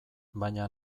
baina